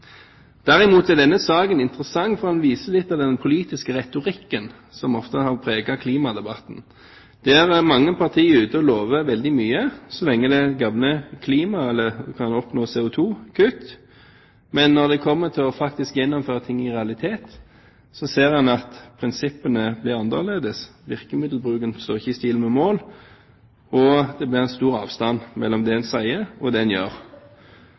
Derimot er denne saken interessant, for den viser litt av den politiske retorikken som ofte har preget klimadebatten. Her er mange partier ute og lover veldig mye så lenge det gagner klimaet, eller man kan oppnå CO2-kutt. Men når det kommer til realiteten, til faktisk å gjennomføre ting, ser en at prinsippene blir annerledes, virkemiddelbruken står ikke i stil med målene, og det blir en stor avstand mellom det en sier, og det en gjør.